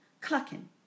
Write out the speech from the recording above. clucking